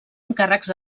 encàrrecs